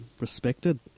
respected